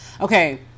Okay